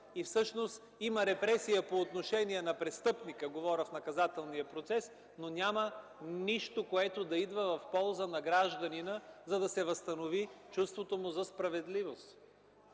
и всъщност има репресия по отношение на престъпника, говоря в наказателния процес, но няма нищо, което да идва в полза на гражданина, за да се възстанови чувството му за справедливост.